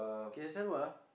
K_S_L what ah